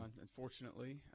unfortunately